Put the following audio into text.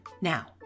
Now